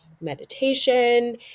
meditation